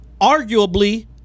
arguably